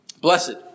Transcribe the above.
Blessed